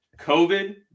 COVID